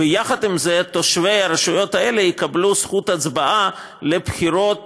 ויחד עם זה תושבי הרשויות האלה יקבלו זכות הצבעה לבחירות